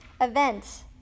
event